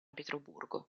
pietroburgo